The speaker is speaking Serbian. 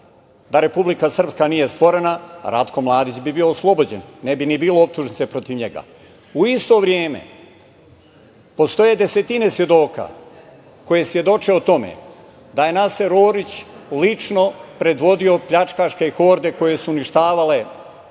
da Republika Srpska nije stvorena, Ratko Mladić bi bio oslobođen, ne bi ni bilo optužnice protiv njega.U isto vreme postoje desetine svedoka koji svedoče o tome da je Naser Orić lično predvodio pljačkaške horde koje su uništavale